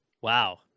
Wow